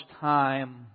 time